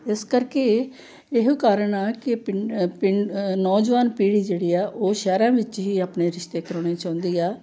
ਇਸ ਕਰਕੇ ਇਹੋ ਕਾਰਨ ਆ ਕਿ ਪਿੰਡ ਪਿੰਡ ਨੌਜਵਾਨ ਪੀੜ੍ਹੀ ਜਿਹੜੀ ਆ ਉਹ ਸ਼ਹਿਰਾਂ ਵਿੱਚ ਹੀ ਆਪਣੇ ਰਿਸ਼ਤੇ ਕਰਵਾਉਣੇ ਚਾਹੁੰਦੀ ਆ